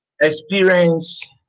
experience